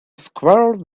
squirrel